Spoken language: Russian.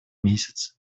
месяцы